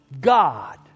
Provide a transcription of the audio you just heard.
God